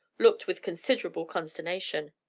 looked with considerable consternation.